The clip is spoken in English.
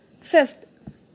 Fifth